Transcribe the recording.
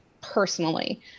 personally